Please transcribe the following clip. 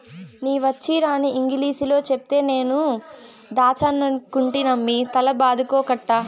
నీ వచ్చీరాని ఇంగిలీసులో చెప్తే నేను దాచ్చనుకుంటినమ్మి తల బాదుకోకట్టా